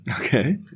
Okay